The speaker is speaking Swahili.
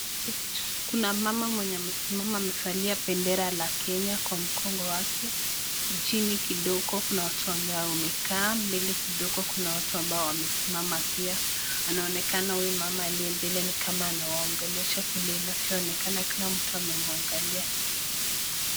Kuna mama mwenye amesimama amevalia bendera la Kenya kwa mgongo wake, chini kidogo kuna watu ambao wamekaa mbele kidogo kuna watu ambao wamesimama pia anaonekana huyo mama aliye mbele nikama anawaongelesha vile inavyoonekana kila mtu amemwangalia.